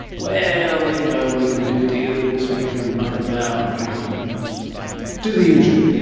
well you know we can do deals, we can muck about, we can do the usual?